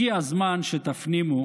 הגיע הזמן שתפנימו